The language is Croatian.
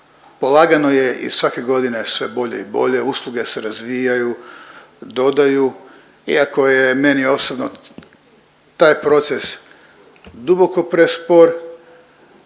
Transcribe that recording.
Polagano je i svake godine sve bolje i bolje, usluge se razvijaju, dodaju iako je meni osobno taj proces duboko prespor